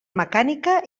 mecànica